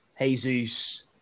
Jesus